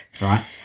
Right